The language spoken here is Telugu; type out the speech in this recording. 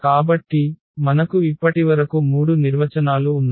కాబట్టి మనకు ఇప్పటివరకు మూడు నిర్వచనాలు ఉన్నాయి